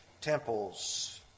temples